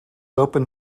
open